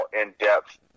in-depth